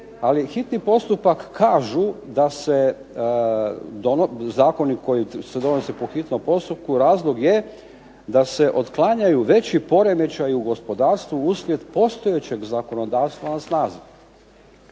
ali hitni postupak kažu da se zakoni koji se donose po hitnom postupku razlog je da se otklanjaju veći poremećaji u gospodarstvu uslijed postojećeg zakonodavstva na snazi.